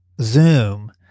Zoom